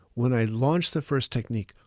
when i launched the first technique,